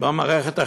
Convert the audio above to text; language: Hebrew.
במערכת החינוך.